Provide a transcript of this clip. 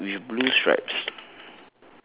ya black with blue stripes